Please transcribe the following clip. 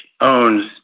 owns